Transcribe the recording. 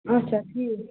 اچھا ٹھیٖک